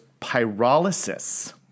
pyrolysis